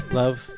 love